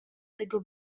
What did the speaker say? tego